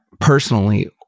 personally